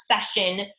session